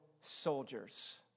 soldiers